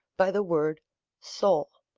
by the word soul.